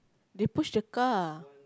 they push the car